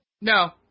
No